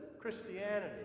Christianity